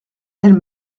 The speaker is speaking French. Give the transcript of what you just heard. elle